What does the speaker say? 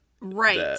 right